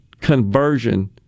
conversion